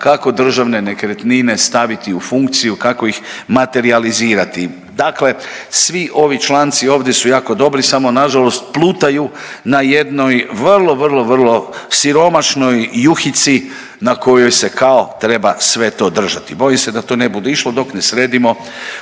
kako državne nekretnine staviti u funkciju, kako ih materijalizirati. Dakle, svi ovi članci ovdje su jako dobri, samo nažalost plutaju na jednoj vrlo, vrlo, vrlo siromašnoj juhici na kojoj se kao treba sve to držati. Bojim se da to ne bude išlo dok ne sredimo